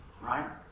right